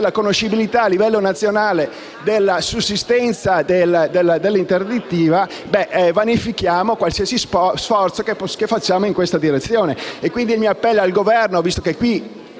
la conoscibilità a livello nazionale della sussistenza dell'interdittiva, vanifichiamo qualsiasi sforzo che sosteniamo in questa direzione. Il mio appello è rivolto al Governo, visto che è in